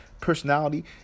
personality